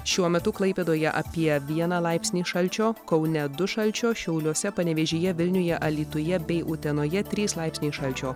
šiuo metu klaipėdoje apie vieną laipsnį šalčio kaune du šalčio šiauliuose panevėžyje vilniuje alytuje bei utenoje trys laipsniai šalčio